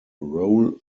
role